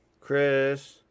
Chris